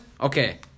Okay